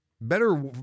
better